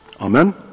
Amen